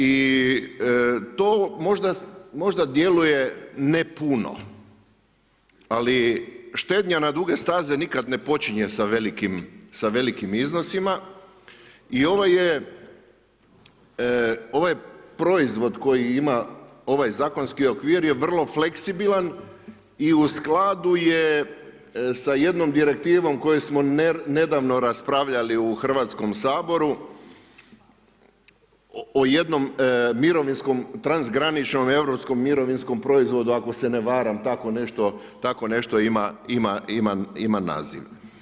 I to možda djeluje ne puno, ali štednja na duge staze nikad ne počinje sa velikim iznosima i ovaj proizvod koji ima ovaj zakonski okvir je vrlo fleksibilan i u skladu je sa jednom direktivom koju smo nedavno raspravljali u Hrvatskom saboru o jednom mirovinskom transgraničnom europskom mirovinskom proizvodu ako se ne varam tako nešto ima naziv.